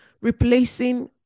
replacing